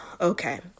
Okay